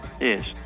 Yes